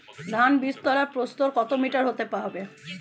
ধান বীজতলার প্রস্থ কত মিটার হতে হবে?